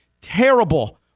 terrible